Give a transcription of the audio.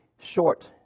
short